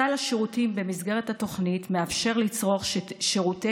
סל השירותים במסגרת התוכנית מאפשר לצרוך שירותי